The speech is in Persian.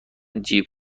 جیب